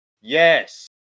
Yes